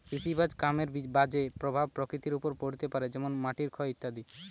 কৃষিকাজ কামের বাজে প্রভাব প্রকৃতির ওপর পড়তে পারে যেমন মাটির ক্ষয় ইত্যাদি